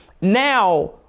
now